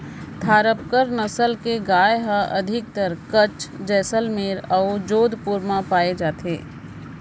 थारपकर नसल के गाय ह अधिकतर कच्छ, जैसलमेर अउ जोधपुर म पाए जाथे